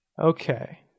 Okay